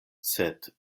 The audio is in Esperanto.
sed